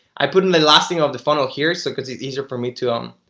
i put in the last thing of the funnel here so cuz it's easier for me to um